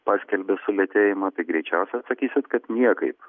paskelbė sulėtėjimą tai greičiausia atsakysit kad niekaip